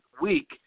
week